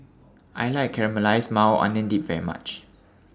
I like Caramelized Maui Onion Dip very much